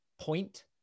point